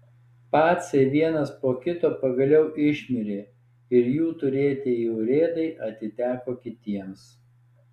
pacai vienas po kito pagaliau išmirė ir jų turėtieji urėdai atiteko kitiems